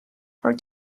for